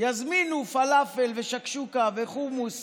יזמינו פלאפל, שקשוקה וחומוס